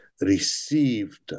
received